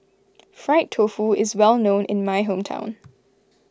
Fried Tofu is well known in my hometown